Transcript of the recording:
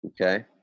Okay